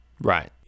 Right